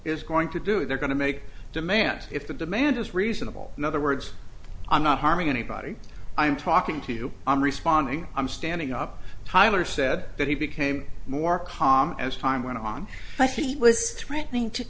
is going to do they're going to make demands if the demand is reasonable in other words i'm not harming anybody i'm talking to you i'm responding i'm standing up tyler said that he became more calm as time went on my feet was threatening to